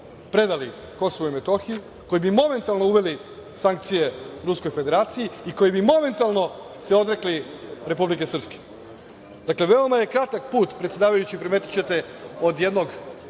predali Kosovo i Metohiju, koji bi momentalno uveli sankcije Ruskoj Federaciji i koji bi momentalno se odrekli Republike Srpske. Dakle, veoma je kratak put, predsedavajući, primetićete, od jednog